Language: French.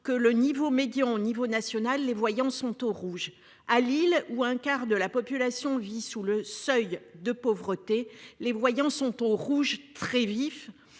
que le niveau médian au niveau national, les voyants sont au rouge. À Lille, où un quart de la population vit sous le seuil de pauvreté. Les voyants sont au rouge, très vif,